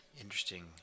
interesting